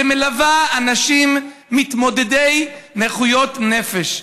שמלווה אנשים מתמודדי נכויות נפש,